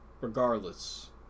regardless